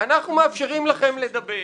אנחנו מאפשרים לכם לדבר,